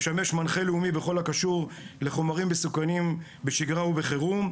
ישמש מנחה לאומי בכל הקשור לחומרים מסוכנים בשגרה ובחירום,